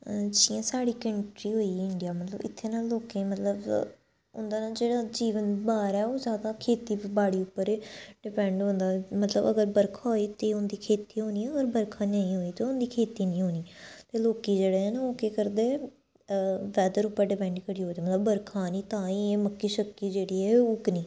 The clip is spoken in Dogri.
जि'यां साढ़ी कंट्री होई गेई इंडिया मतलब इत्थें न लोकें गी मतलब उं'दा न जेह्ड़ा जीवन बार ऐ ओह् जादा खेती बाड़ी उप्पर डिपैंड होंदा मतलब अगर बरखा होई ते उं'दी खेती होनी होर बरखा नेईं होई ते उं'दी खेती निं होनी ते लोकें जेह्ड़ा ऐ ना ओह् केह् करदे वैदर उप्पर डिपैंड करी ओड़दे मतलब बरखा आनी तांं ई एह् मक्की शक्की जेह्ड़ी ऐ ओह् उग्गनी